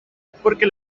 porque